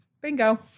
Bingo